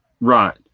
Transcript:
Right